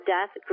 Death